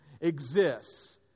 exists